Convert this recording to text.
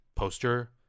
Poster